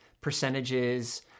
percentages